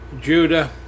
Judah